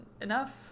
enough